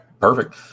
perfect